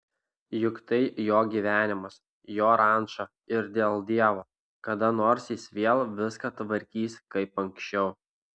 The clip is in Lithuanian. juk tai jo gyvenimas jo ranča ir dėl dievo kada nors jis vėl viską tvarkys kaip anksčiau